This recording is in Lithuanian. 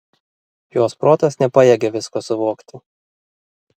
jos protas nepajėgė visko suvokti